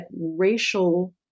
racial